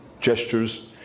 gestures